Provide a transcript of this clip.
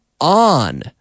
on